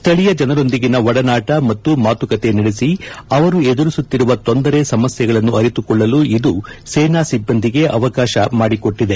ಸ್ಥಳೀಯ ಜನರೊಂದಿಗೆ ಒಡನಾಟ ಮತ್ತು ಮಾತುಕತೆ ನಡೆಸಿ ಅವರು ಎದುರಿಸುತ್ತಿರುವ ತೊಂದರೆ ಸಮಸ್ಯೆಗಳನ್ನು ಅರಿತುಕೊಳ್ಳಲು ಇದು ಸೇನಾ ಸಿಬ್ಬಂದಿಗೆ ಅವಕಾಶ ಮಾಡಿಕೊಟ್ಟಿತ್ತು